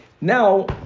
now